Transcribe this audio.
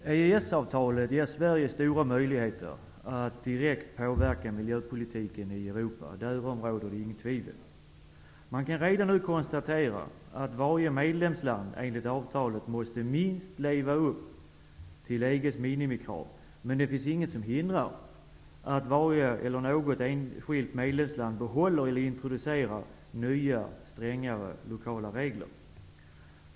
Herr talman! EES-avtalet ger Sverige stora möjligheter att direkt påverka miljöpolitiken i Europa. Därom råder inget tvivel. Man kan redan nu konstatera att varje medlemsland enligt avtalet minst måste leva upp till EG:s minimikrav, men det finns inget som hindrar att något enskilt medlemsland behåller eller introducerar nya strängare lokala regler.